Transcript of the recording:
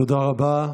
תודה רבה.